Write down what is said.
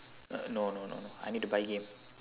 no no no no I need to buy game